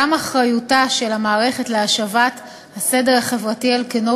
גם אחריותה של המערכת להשבת הסדר החברתי על כנו